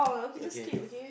okay